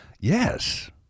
Yes